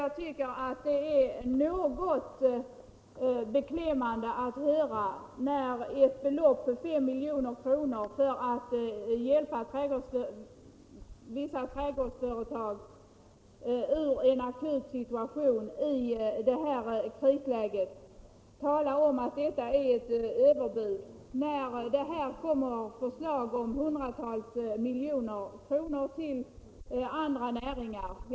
Jag tycker att det är något beklämmande att höra talet om överbudspolitik när det gäller ett belopp på 5 milj.kr. för att hjälpa vissa trädgårdsföretag ur en akut krissituation, samtidigt som det kommer förslag om hundratals miljoner kronor till 43 andra näringar. Jag tänker t.ex. på Eriksbergs varv. Växthusodlingen har ungefär 10 000 anställda, medan det i fallet Eriksbergs varv gäller ungefär halva det antalet. När det gäller Eriksberg tvekar man inte att ställa pengar till förfogande.